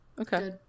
Okay